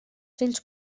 fills